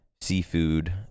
seafood